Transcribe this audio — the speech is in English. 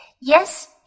Yes